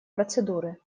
процедуры